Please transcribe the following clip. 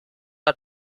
der